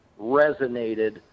resonated